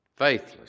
faithless